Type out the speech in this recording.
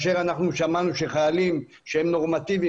בעוד שמענו שחיילים שהם נורמטיביים